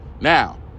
Now